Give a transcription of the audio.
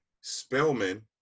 Spellman